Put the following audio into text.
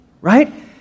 right